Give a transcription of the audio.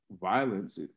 violence